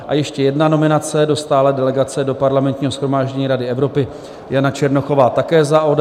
A ještě jedna nominace, do stálé delegace do Parlamentního shromáždění Rady Evropy Jana Černochová také za ODS.